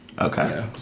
Okay